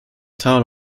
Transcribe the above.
town